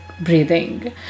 breathing